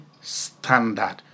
standard